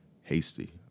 Hasty